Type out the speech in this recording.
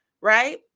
right